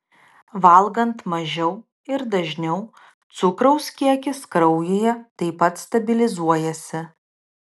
valgant mažiau ir dažniau cukraus kiekis kraujyje taip pat stabilizuojasi